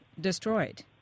destroyed